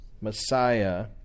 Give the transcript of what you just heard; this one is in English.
Messiah